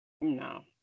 No